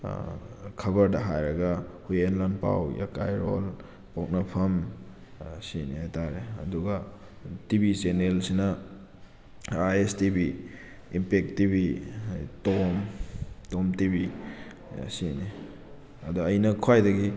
ꯈꯕꯔꯗ ꯍꯥꯏꯔꯒ ꯍꯨꯏꯌꯦꯟ ꯂꯟꯄꯥꯎ ꯌꯥꯀꯥꯏꯔꯣꯜ ꯄꯣꯛꯅꯐꯝ ꯑꯁꯤꯅꯤ ꯍꯥꯏ ꯇꯥꯔꯦ ꯑꯗꯨꯒ ꯇꯤꯚꯤ ꯆꯦꯅꯦꯜꯁꯤꯅ I S TV impact TV Tom Tom TV ꯑꯁꯤꯅꯤ ꯑꯗ ꯑꯩꯅ ꯈ꯭ꯋꯥꯏꯗꯒꯤ